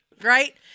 Right